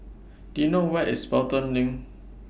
Do YOU know Where IS Pelton LINK